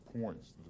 points